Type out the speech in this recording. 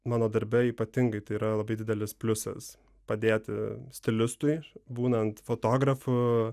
mano darbe ypatingai tai yra labai didelis pliusas padėti stilistui būnant fotografu